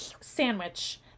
sandwich